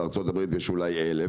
בזמן שבארצות הברית יש בערך כ-1,000,